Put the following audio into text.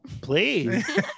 please